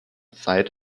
zeit